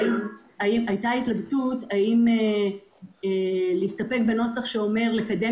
הייתה התלבטות האם להסתפק בנוסח שאומר "לקדם